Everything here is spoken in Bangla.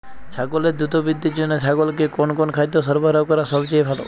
ছাগলের দ্রুত বৃদ্ধির জন্য ছাগলকে কোন কোন খাদ্য সরবরাহ করা সবচেয়ে ভালো?